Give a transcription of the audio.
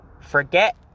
forget